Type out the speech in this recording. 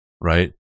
right